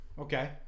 okay